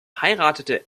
heiratete